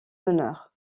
honneur